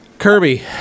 kirby